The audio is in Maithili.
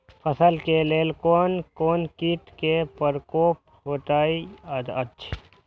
फसल के लेल कोन कोन किट के प्रकोप होयत अछि?